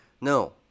No